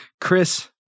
Chris